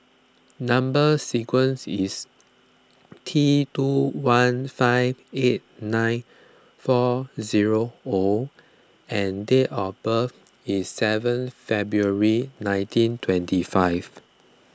Number Sequence is T two one five eight nine four zero O and date of birth is seven February nineteen twenty five